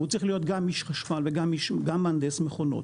הוא צריך להיות גם איש חשמל וגם מהנדס מכונות